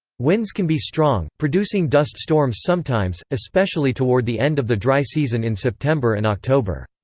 winds can be strong, producing dust storms sometimes, especially toward the end of the dry season in september and october.